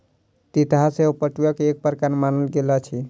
तितहा सेहो पटुआ के एक प्रकार मानल गेल अछि